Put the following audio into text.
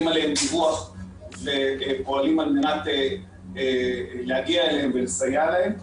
עליהם דיווח ופועלים על מנת להגיע אליהם ולסייע להם.